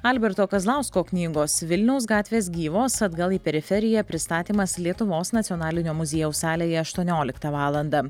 alberto kazlausko knygos vilniaus gatvės gyvos atgal į periferiją pristatymas lietuvos nacionalinio muziejaus salėje aštuonioliktą valandą